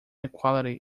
equality